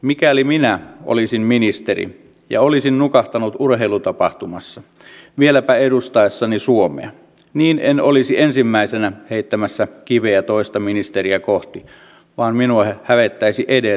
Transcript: mikäli minä olisin ministeri ja olisin nukahtanut urheilutapahtumassa vieläpä edustaessani suomea niin en olisi ensimmäisenä heittämässä kiveä toista ministeriä kohti vaan minua hävettäisi edelleen